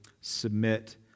submit